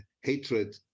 hatred